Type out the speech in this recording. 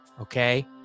Okay